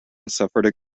sephardic